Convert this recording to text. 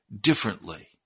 differently